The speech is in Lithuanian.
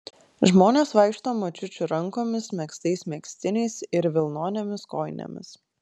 žmonės vaikšto močiučių rankomis megztais megztiniais ir vilnonėmis kojinėmis